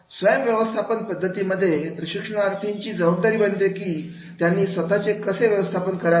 स्वयम् व्यवस्थापन पद्धती मध्ये प्रशिक्षणार्थींची जबाबदारी बनते की त्यांनी स्वतःचे कसे व्यवस्थापन करावे